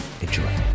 Enjoy